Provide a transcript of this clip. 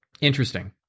interesting